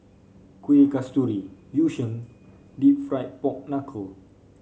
Kuih Kasturi Yu Sheng Deep Fried Pork Knuckle